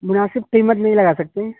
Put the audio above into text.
مناسب قیمت نہیں لگا سکتے ہیں